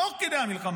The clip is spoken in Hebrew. תוך כדי המלחמה,